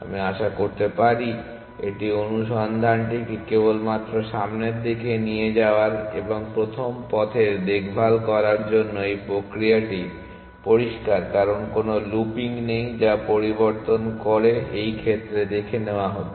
আমি আশা করতে পারি এটি অনুসন্ধানটিকে কেবলমাত্র সামনের দিকে নিয়ে যাওয়ার এবং প্রথম পথের দেখভাল করার জন্য এই প্রক্রিয়াটি পরিষ্কার কারণ কোনও লুপিং নেই যা পরিবর্তন করে এই ক্ষেত্রে দেখে নেওয়া হচ্ছে